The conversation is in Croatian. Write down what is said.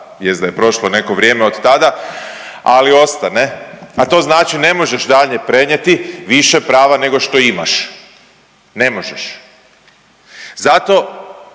jest da je prošlo neko vrijeme od tada, ali ostane, a to znači ne možeš dalje prenijeti više prava nego što imaš, ne možeš. Zato